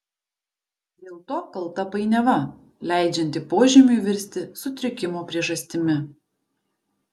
dėl to kalta painiava leidžianti požymiui virsti sutrikimo priežastimi